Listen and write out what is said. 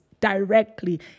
directly